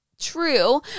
true